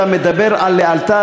אם אתה מדבר על "לאלתר",